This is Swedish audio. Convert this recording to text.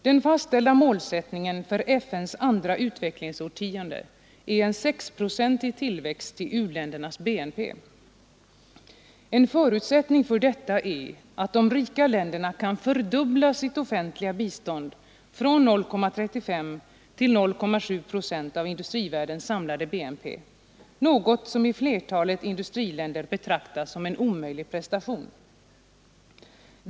Den fastställda målsättningen för FN:s andra utvecklingsårtionde är en sexprocentig tillväxt i u-ländernas BNP. En förutsättning för detta är att de rika länderna kan fördubbla sitt offentliga bistånd från 0,35 procent till 0,7 procent av industrivärldens samlade BNP, något som i flertalet industriländer betraktas som en omöjlig prestation.